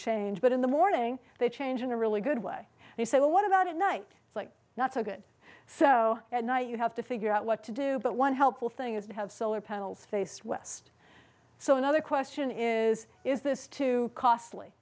change but in the morning they change in a really good way they say well what about at night it's not so good so at night you have to figure out what to do but one helpful thing is to have solar panels faced west so another question is is this too costly